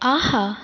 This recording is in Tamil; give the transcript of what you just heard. ஆஹா